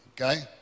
okay